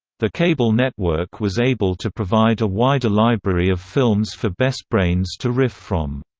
the cable network was able to provide a wider library of films for best brains to riff from.